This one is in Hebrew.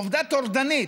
עובדה טורדנית.